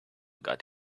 got